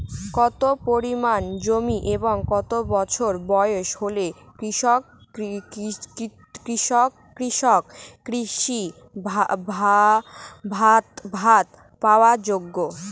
কত পরিমাণ জমি এবং কত বছর বয়স হলে কৃষক কৃষি ভাতা পাওয়ার যোগ্য?